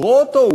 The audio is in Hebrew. לקרוא אותו,